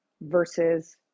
versus